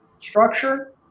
Structure